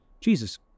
Jesus